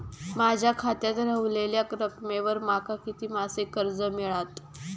माझ्या खात्यात रव्हलेल्या रकमेवर माका किती मासिक कर्ज मिळात?